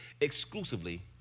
exclusively